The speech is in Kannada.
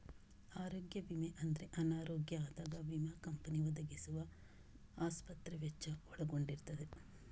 ಆರೋಗ್ಯ ವಿಮೆ ಅಂದ್ರೆ ಅನಾರೋಗ್ಯ ಆದಾಗ ವಿಮಾ ಕಂಪನಿ ಒದಗಿಸುವ ಆಸ್ಪತ್ರೆ ವೆಚ್ಚ ಒಳಗೊಂಡಿರ್ತದೆ